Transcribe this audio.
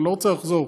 אני לא רוצה לחזור,